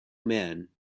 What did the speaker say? man